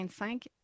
25